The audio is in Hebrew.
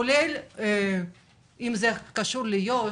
כולל אם זה קשור ליו"ש.